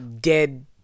dead